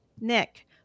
Nick